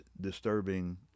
disturbing